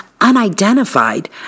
unidentified